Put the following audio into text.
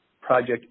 project